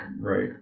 Right